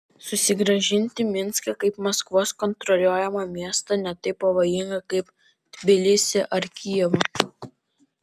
susigrąžinti minską kaip maskvos kontroliuojamą miestą ne taip pavojinga kaip tbilisį ar kijevą